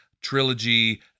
trilogy